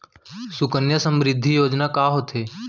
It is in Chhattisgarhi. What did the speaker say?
सुकन्या समृद्धि योजना का होथे